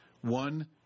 one